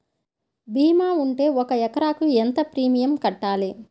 భీమా ఉంటే ఒక ఎకరాకు ఎంత ప్రీమియం కట్టాలి?